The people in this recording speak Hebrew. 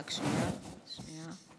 ארבע דקות, בבקשה.